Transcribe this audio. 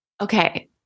Okay